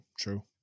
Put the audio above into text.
true